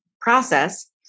process